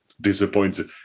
disappointed